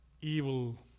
evil